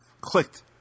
clicked